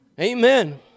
Amen